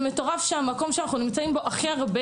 זה מטורף שהמקום שאנחנו נמצאים בו הכי הרבה